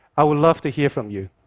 i would love to hear from you.